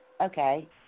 Okay